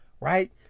right